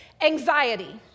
anxiety